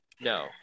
No